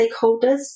stakeholders